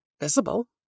visible